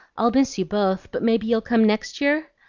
i'll miss you both, but maybe you'll come next year?